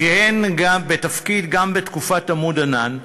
כיהן בתפקיד גם בתקופת "עמוד ענן",